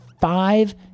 five